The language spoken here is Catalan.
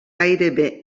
gairebé